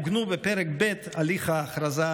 עוגנו בפרק ב' הליך ההכרזה,